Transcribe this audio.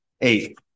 Eight